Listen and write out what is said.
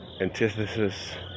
Antithesis